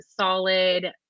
solid